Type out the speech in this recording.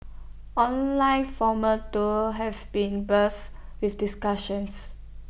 online formal too have been buzz with discussions